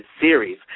series